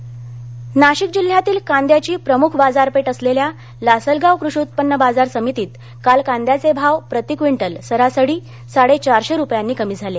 कांदा नाशिक नाशिक जिल्ह्यातील कांद्याची प्रमुख बाजारपेठ असलेल्या लासलगाव कृषी उत्पन्न बाजार समितीत काल कांद्याचे भाव प्रतिक्विंटल सरासरी साडेचारशे रुपयांनी कमी झाले